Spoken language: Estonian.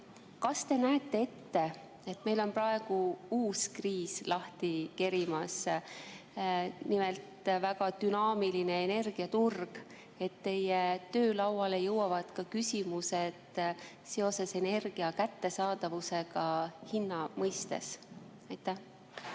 Kas te näete ette, et meil on praegu uus kriis lahti kerimas? Nimelt, väga dünaamiline energiaturg. Teie töölauale jõuavad küsimused ka seoses energia kättesaadavusega hinna tõttu.